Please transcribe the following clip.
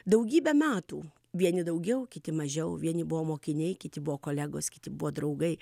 daugybę metų vieni daugiau kiti mažiau vieni buvo mokiniai kiti buvo kolegos kiti buvo draugai